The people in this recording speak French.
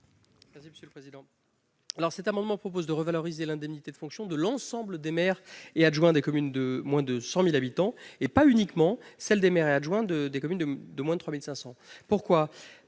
est à M. Jérôme Durain. Cet amendement vise à revaloriser l'indemnité de fonction de l'ensemble des maires et adjoints des communes de moins de 100 000 habitants, et pas uniquement celle des maires et adjoints des communes de moins de 3 500 habitants.